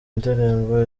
indirimbo